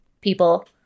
people